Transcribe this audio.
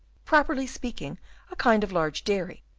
properly speaking a kind of large dairy,